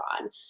on